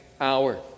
hour